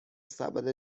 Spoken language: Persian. سبد